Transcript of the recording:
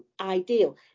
ideal